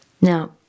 Now